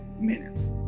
minutes